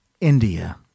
India